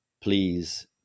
please